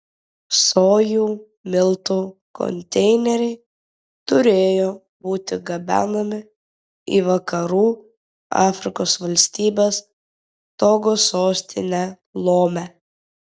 sojų miltų konteineriai turėjo būti gabenami į vakarų afrikos valstybės togo sostinę lomę